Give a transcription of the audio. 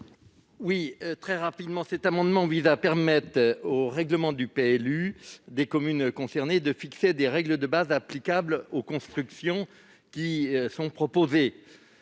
n° 18 rectifié. Cet amendement vise à permettre au règlement du PLU des communes concernées de fixer des règles de base applicables aux constructions proposées.